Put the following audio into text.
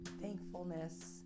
thankfulness